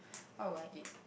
what would I eat